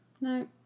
No